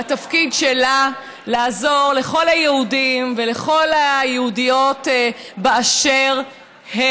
והתפקיד שלה הוא לעזור לכל היהודים ולכל היהודיות באשר הם.